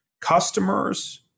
customers